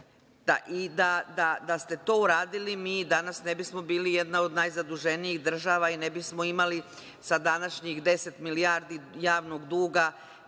da ste to uradili mi danas ne bismo bili jedna od najzaduženijih država, i ne bismo imali sa današnjih 10 milijardi javnog duga,